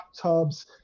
tubs